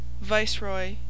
Viceroy